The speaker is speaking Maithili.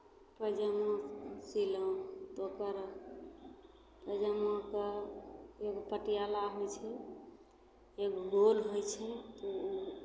पैजामा सीलहुँ तऽ ओकर पैजामाके एगो पटियाला होइ छै एगो रोल होइ छै तऽ ओ